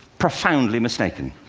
profoundly mistaken.